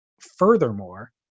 furthermore